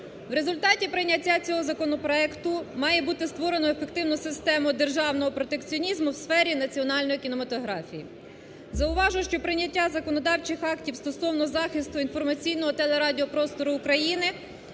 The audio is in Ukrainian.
В результаті прийняття цього законопроекту має бути створено ефективну систему державного протекціонізму в сфері національної кінематографії. Зауважу, що прийняття законодавчих актів стосовно захисту інформаційного телерадіопростору України